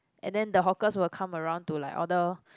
and then the hawkers will come around to like order